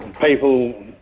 people